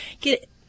get